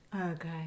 Okay